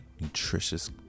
nutritious